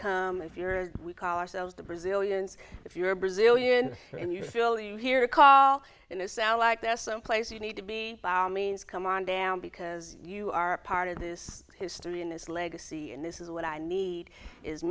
come if you're we call ourselves the brazilians if you're brazilian and you feel you hear a call and they sound like this some place you need to be means come on down because you are part of this history and this legacy and this is what i need is